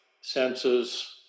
senses